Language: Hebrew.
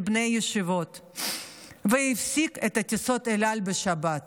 בני הישיבות והפסיק את טיסות אל על בשבת.